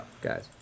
guys